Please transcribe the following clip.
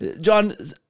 John